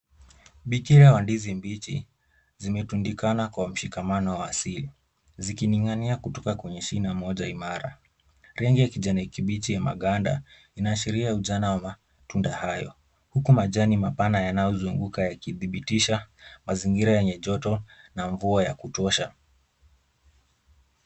Bikira wa ndizi mbichi zimetundikana kwa mshikamano wa asili zikining'inia kutoka kwenye shina moja imara. Rangi ya kijani kibichi ya maganda inaashiria ujana wa matunda hayo huku majani mapana yanayozunguka yakidhibitisha mazingira yenye joto na mvua ya kutosha.